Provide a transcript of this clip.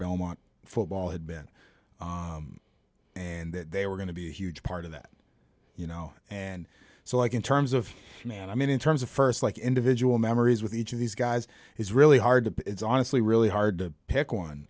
belmont football had been and that they were going to be a huge part of that you know and so like in terms of command i mean in terms of first like individual memories with each of these guys is really hard to it's honestly really hard to pick one